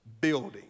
building